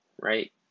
right